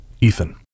Ethan